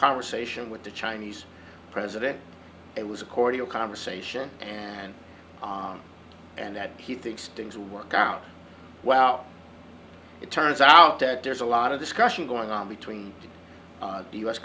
conversation with the chinese president it was a cordial conversation and that he thinks things will work out well it turns out that there's a lot of discussion going on between the u